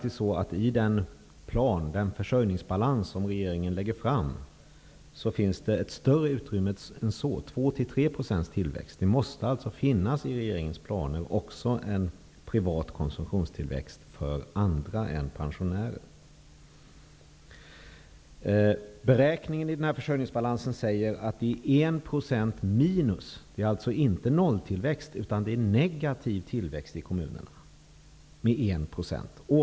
I den försörjningsbalans som regeringen lägger fram finns det ett större utrymme än så -- 2--3 % tillväxt. Det måste alltså i regeringens planer finnas utrymme också för en privat konsumtionstillväxt för andra än pensionärer. Beräkningen i försörjningsbalansen visar en tillväxt som är minus 1 %. Det är alltså inte fråga om nolltillväxt utan en negativ tillväxt i kommunerna med 1 %.